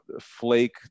flake